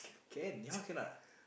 can your house cannot ah